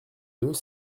deux